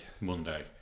Monday